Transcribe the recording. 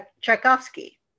Tchaikovsky